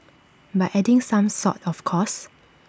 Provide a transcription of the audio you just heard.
by adding some salt of course